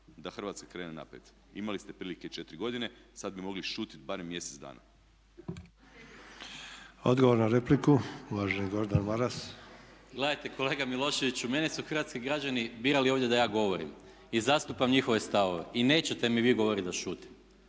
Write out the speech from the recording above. da Hrvatska krene naprijed. Imali ste prilike četiri godine, sad bi mogli šutiti barem mjesec dana. **Sanader, Ante (HDZ)** Odgovor na repliku, uvaženi Gordan Maras. **Maras, Gordan (SDP)** Gledajte kolega Miloševiću, mene su hrvatski građani birali ovdje da ja govorim i zastupam njihove stavove i nećete mi vi govoriti da šutim.